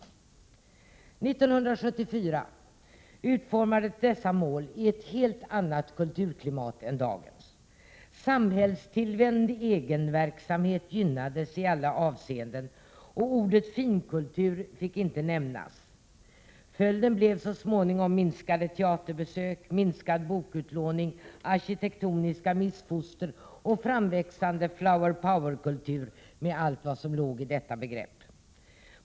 År 1974 utformades dessa mål i ett helt annat kulturklimat än dagens. Samhällstillvänd egenverksamhet gynnades i alla avseenden, och ordet finkultur fick inte nämnas. Följden blev så småningom färre teaterbesök, minskad bokutlåning, arkitektoniska missfoster och framväxande flowerpower-kultur med allt vad som låg i detta begrepp.